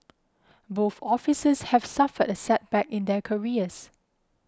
both officers have suffered a setback in their careers